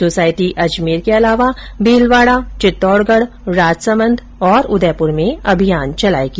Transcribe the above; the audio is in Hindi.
सोसायटी अजमेर के अलावा भीलवाड़ा चित्तौड़गढ राजसमंद और उदयपुर में अभियान चलाएगी